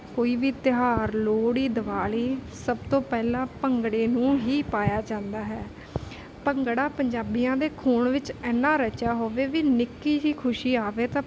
ਕੋਈ ਵੀ ਤਿਉਹਾਰ ਲੋਹੜੀ ਦਿਵਾਲੀ ਸਭ ਤੋਂ ਪਹਿਲਾਂ ਭੰਗੜੇ ਨੂੰ ਹੀ ਪਾਇਆ ਜਾਂਦਾ ਹੈ ਭੰਗੜਾ ਪੰਜਾਬੀਆਂ ਦੇ ਖੂਨ ਵਿੱਚ ਇੰਨਾ ਰਚਿਆ ਹੋਵੇ ਵੀ ਨਿੱਕੀ ਜਿਹੀ ਖੁਸ਼ੀ ਆਵੇ ਤਾਂ